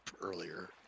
earlier